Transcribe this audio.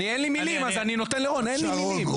אין לי מילים אז אני נותן לרון, אין לי מילים.